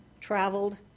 traveled